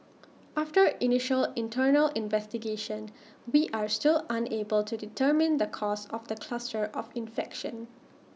after initial internal investigation we are still unable to determine the cause of the cluster of infection